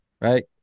right